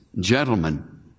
gentlemen